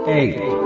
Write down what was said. eight